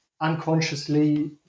unconsciously